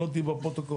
לא תהיי בפרוטוקול.